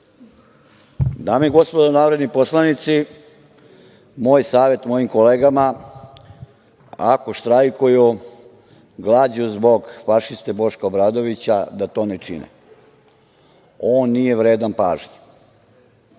Dame i gospodo narodni poslanici, moj savet mojim kolegama, ako štrajkuju glađu zbog fašiste Boška Obradovića da to ne čine. On nije vredan pažnje.